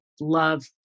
love